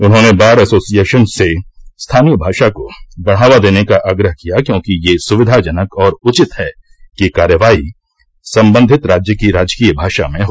उन्होंने bar association से स्थानीय भाषा को बढ़ावा देने का आग्रह किया क्योंकि ये सुविधाजनक और उचित है कि कार्रवाई संबंधित राज्य की राजकीय भाषा में हो